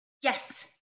Yes